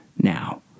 now